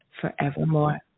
forevermore